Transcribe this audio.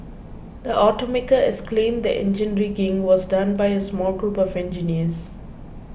the automaker has claimed the engine rigging was done by a small group of engineers